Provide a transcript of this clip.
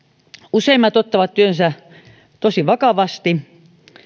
useimmat ottavat työnsä tosi vakavasti